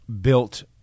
built